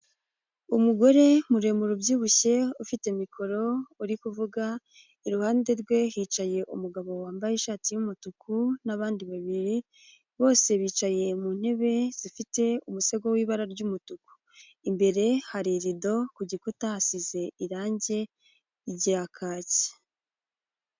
Umugore muremure ubyibushye ufite mikoro uri kuvuga, iruhande rwe hicaye umugabo wambaye ishati y'umutuku n'abandi babiri bose bicaye mu ntebe zifite umusego w'ibara ry'umutuku, imbere hari irido, ku gikuta hasize irange rya kaki.